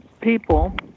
people